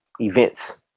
events